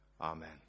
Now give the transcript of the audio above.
Amen